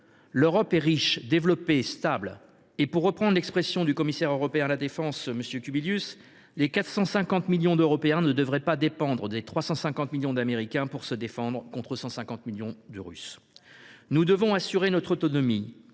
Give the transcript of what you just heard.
L’Europe est riche, développée et stable. Pour reprendre l’expression du commissaire européen à la défense, M. Kubilius, les 450 millions d’Européens ne devraient pas dépendre des 350 millions d’Américains pour se défendre contre 150 millions de Russes. Nous devons assurer notre autonomie,